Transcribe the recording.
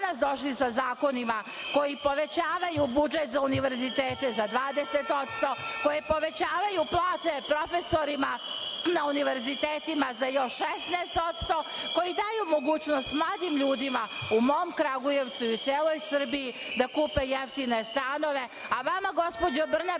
danas došli sa zakonima koji povećavaju budžet za univerzitete za 20%, zato što povećavaju plate profesorima na univerzitetima za još 16%, koji daju mogućnost mladim ljudima u mom Kragujevcu i celoj Srbiji da kupe jeftine stanove, a vama, gospođo Brnabić,